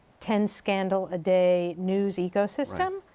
ten-scandal a day news ecosystem,